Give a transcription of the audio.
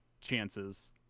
chances